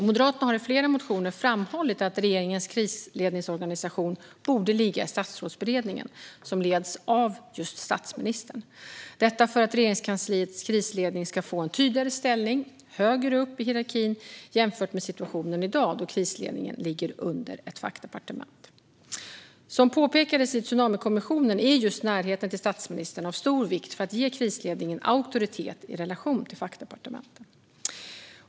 Moderaterna har i flera motioner framhållit att regeringens krisledningsorganisation borde ligga i Statsrådsberedningen, som leds av statsministern, detta för att Regeringskansliets krisledning ska få en tydligare ställning högre upp i hierarkin jämfört med situationen i dag, då krisledningen ligger under ett fackdepartement. Som påpekades i tsunamikommissionen är just närheten till statsministern av stor vikt för att ge krisledning auktoritet i relation till fackdepartementen.